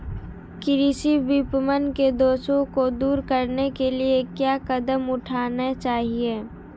कृषि विपणन के दोषों को दूर करने के लिए क्या कदम उठाने चाहिए?